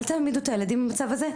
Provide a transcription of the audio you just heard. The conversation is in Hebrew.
אל תעמידו את הילדים במצב הזה,